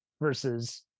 versus